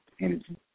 energy